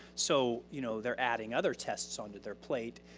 so you know they're adding other tests on to their plate,